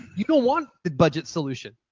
you don't want the budget solution.